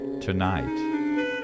tonight